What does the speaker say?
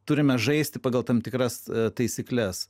turime žaisti pagal tam tikras taisykles